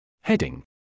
Heading